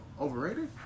overrated